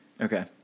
Okay